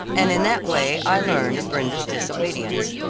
and in that way i learned of brenda's disobedience.